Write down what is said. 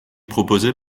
proposé